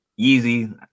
Yeezy